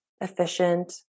efficient